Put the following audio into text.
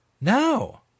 No